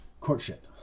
courtship